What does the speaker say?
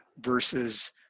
versus